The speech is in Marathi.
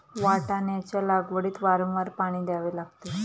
वाटाण्याच्या लागवडीत वारंवार पाणी द्यावे लागते